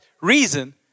reason